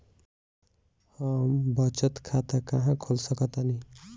हम बचत खाता कहां खोल सकतानी?